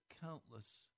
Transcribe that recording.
countless